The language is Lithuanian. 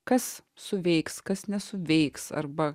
kas suveiks kas nesuveiks arba